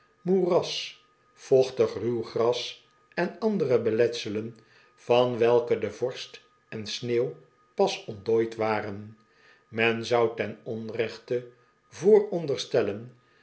moeras vochtig ruw gras en andere beletselen van welke de vorst en sneeuw pas ontdooid waren men zou ten onrechte vooronderstellen